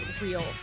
real